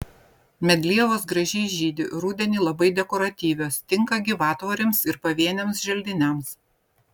medlievos gražiai žydi rudenį labai dekoratyvios tinka gyvatvorėms ir pavieniams želdiniams